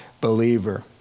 believer